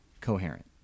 coherent